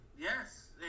yes